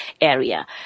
area